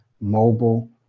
mobile